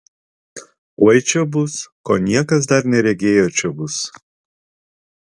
oi čia bus ko niekas dar neregėjo čia bus